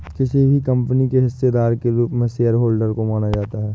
किसी भी कम्पनी के हिस्सेदार के रूप में शेयरहोल्डर को माना जाता है